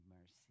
mercy